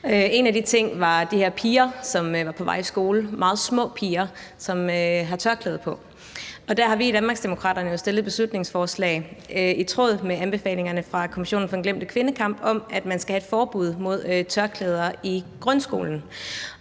En af de ting var de her piger, meget små piger, som var på vej i skole, og som havde tørklæde på. Der har vi i Danmarksdemokraterne jo fremsat et beslutningsforslag i tråd med anbefalingerne fra Kommissionen for den glemte kvindekamp om, at der skal være et forbud mod tørklæder i grundskolen.